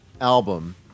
album